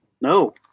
No